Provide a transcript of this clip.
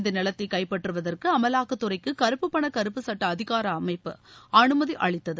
இந்த நிலத்தை கைப்பற்றுவதற்கு அமலாக்கத்துறைக்கு கருப்பு பண கருப்புக்சுட்ட அதிகார அமைப்பு அனுமதி அளித்தது